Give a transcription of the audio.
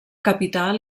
capital